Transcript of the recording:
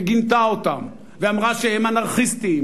וגינתה אותם ואמרה שהם אנרכיסטים,